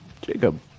Jacob